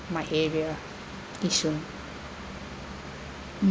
my area yishun